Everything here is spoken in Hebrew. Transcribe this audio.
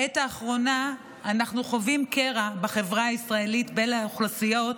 בעת האחרונה אנחנו חווים קרע בחברה הישראלית בין האוכלוסיות,